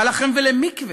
מה לכם ולמקווה?